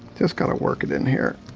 just gotta work it in here.